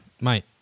mate